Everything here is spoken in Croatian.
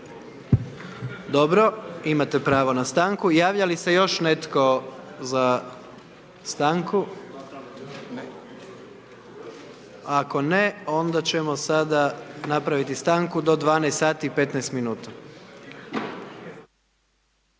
Dobro. Imate pravo na stanku. Javlja li se još netko za stanku? Ako ne, onda ćemo sada napraviti stanku do 12,15 sati.